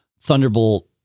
Thunderbolt